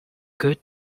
good